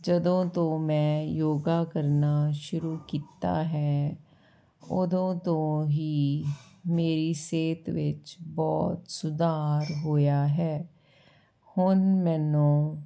ਜਦੋਂ ਤੋਂ ਮੈਂ ਯੋਗਾ ਕਰਨਾ ਸ਼ੁਰੂ ਕੀਤਾ ਹੈ ਉਦੋਂ ਤੋਂ ਹੀ ਮੇਰੀ ਸਿਹਤ ਵਿੱਚ ਬਹੁਤ ਸੁਧਾਰ ਹੋਇਆ ਹੈ ਹੁਣ ਮੈਨੂੰ